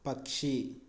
పక్షి